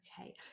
Okay